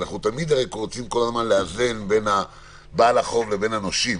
אנחנו תמיד הרי רוצים לאזן בין בעל החוב לבין הנושים,